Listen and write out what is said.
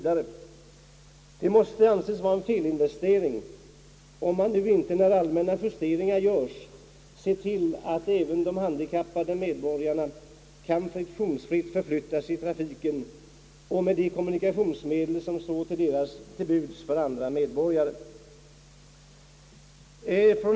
Det måste vara en felinvestering om man inte nu, när allmänna justeringar göres, ser till att även de handikappade medborgarna friktionsfritt kan förflytta sig i trafiken med de kommunikationsmedel som står till buds för andra medborgare.